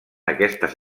aquestes